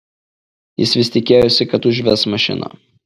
jis vis tikėjosi kad užves mašiną